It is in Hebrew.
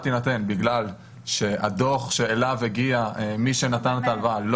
תינתן בגלל שהדוח אליו הגיע מי שנתן את ההלוואה,